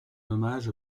hommage